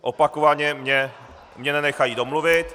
Opakovaně mě nenechají domluvit.